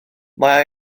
mae